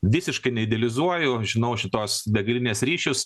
visiškai neidealizuoju žinau šitos degalinės ryšius